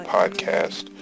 Podcast